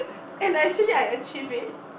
and I actually I achieved it